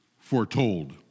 foretold